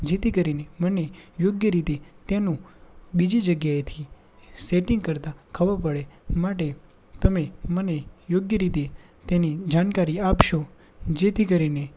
જેથી કરીને મને તેનું યોગ્ય બીજી જગ્યાએ સેટિંગ કરતાં ખબર પડે માટે તમે મને તેની યોગ્ય રીતે તેની જાણકારી આપશો જેથી કરીને